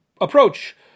approach